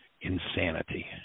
insanity